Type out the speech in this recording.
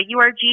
URG